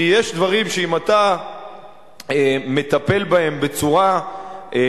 כי יש דברים שאם אתה מטפל בהם בצורה קיצונית,